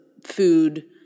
Food